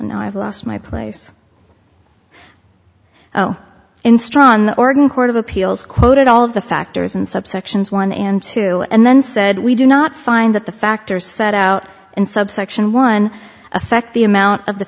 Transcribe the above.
and i've lost my place oh in strawn the organ court of appeals quoted all of the factors in subsections one and two and then said we do not find that the factors set out in subsection one affect the amount of the